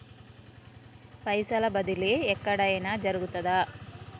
పైసల బదిలీ ఎక్కడయిన జరుగుతదా?